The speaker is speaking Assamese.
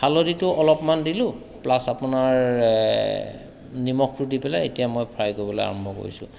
হালধিটো অলপমান দিলোঁ প্লাচ আপোনাৰ নিমখটো দি পেলাই এতিয়া মই ফ্ৰাই কৰিবলৈ আৰম্ভ কৰিছোঁ